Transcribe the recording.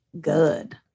good